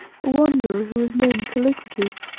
a wanderer who was named kallikrates,